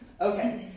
Okay